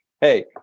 Hey